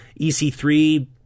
ec3